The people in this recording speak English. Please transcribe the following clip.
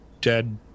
dead